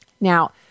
Now